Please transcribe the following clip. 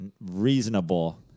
reasonable